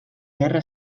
guerra